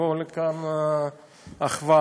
תבוא לכאן אחווה,